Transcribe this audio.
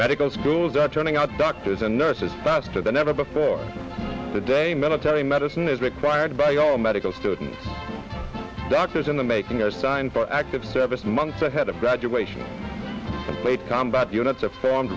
medical schools are turning out doctors and nurses faster than ever before today military medicine is required by all medical student doctors in the making a sign for active service months ahead of graduation rate combat uni